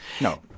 No